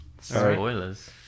Spoilers